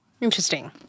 Interesting